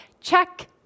Check